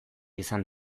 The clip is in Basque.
izan